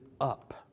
up